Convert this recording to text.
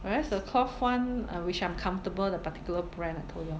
whereas the cloth [one] uh which I'm comfortable the particular brand I told you